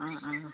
অঁ অঁ